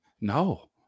no